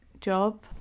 job